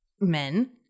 men